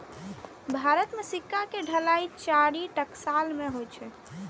भारत मे सिक्का के ढलाइ चारि टकसाल मे होइ छै